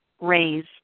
raise